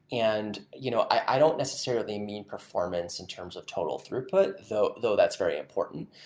and you know i don't necessarily mean performance in terms of total throughput, though though that's very important.